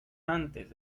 antes